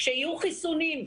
כשיהיו חיסונים,